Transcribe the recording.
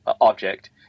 object